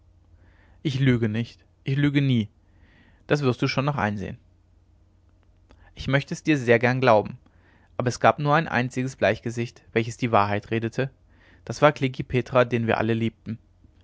ich lüge nicht ich lüge nie das wirst du schon noch einsehen ich möchte es dir sehr gern glauben aber es gab nur ein einziges bleichgesicht welches die wahrheit redete das war klekih petra den wir alle liebten